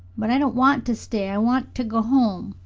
but i don't want to stay i want to go home.